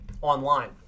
online